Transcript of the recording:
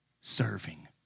serving